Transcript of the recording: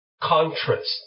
contrast